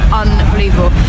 unbelievable